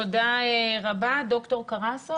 תודה רבה, ד"ר קרסיק.